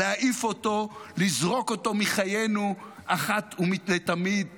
להעיף אותו, לזרוק אותו מחיינו אחת ולתמיד.